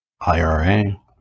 IRA